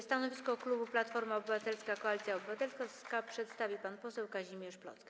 Stanowisko klubu Platforma Obywatelska - Koalicja Obywatelska przedstawi pan poseł Kazimierz Plocke.